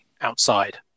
outside